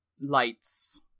lights